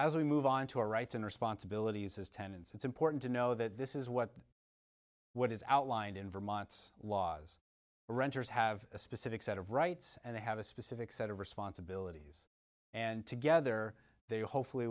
as we move on to our rights and responsibilities as tenants it's important to know that this is what what is outlined in vermont's laws renters have a specific set of rights and they have a specific set of responsibilities and together they hopefully